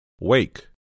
Wake